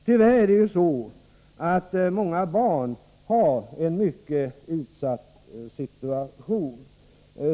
Tyvärr har många barn en mycket utsatt situation.